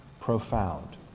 profound